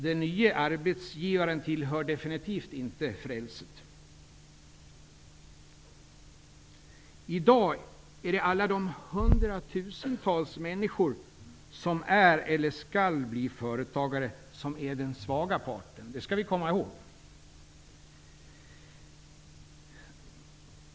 Den nye arbetsgivaren tillhör definitivt inte frälset. I dag är alla de hundratusentals människor som är eller skall bli företagare den svaga parten. Det skall vi komma ihåg.